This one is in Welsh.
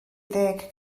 ddeg